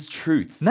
truth